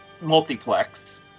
Multiplex